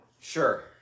Sure